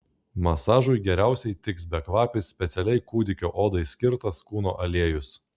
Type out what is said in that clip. masažui geriausiai tiks bekvapis specialiai kūdikio odai skirtas kūno aliejus